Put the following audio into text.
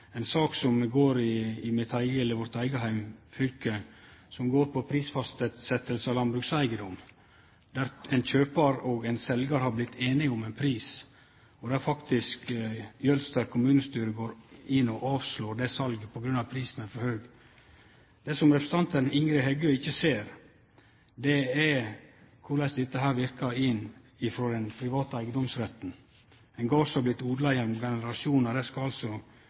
sak i vårt eige heimfylke som går på prisfastsetjing av landbrukseigedom, der ein kjøpar og ein seljar har vorte einige om ein pris, og Jølster kommunestyre går inn og avslår salet på grunn av at prisen er for høg. Det representanten Ingrid Heggø ikkje ser, er korleis dette verkar inn på den private eigedomsretten. Ein gard som har vorte odla gjennom generasjonar, skal altså offentlege myndigheiter hindre at ein får ein pris på som kjøpar og seljar er interesserte i. Det